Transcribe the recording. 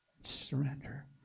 Surrender